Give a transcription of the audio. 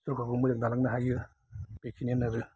सरकारखौ मोजां दालांनो हायो बेखिनि आरो